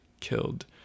killed